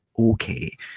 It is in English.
Okay